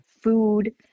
food